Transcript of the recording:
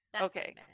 okay